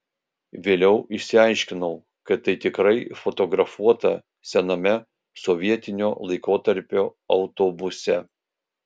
vėliau išsiaiškinau kad tai tikrai fotografuota sename sovietinio laikotarpio autobuse